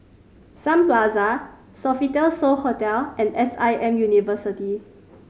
Sun Plaza Sofitel So Hotel and S I M University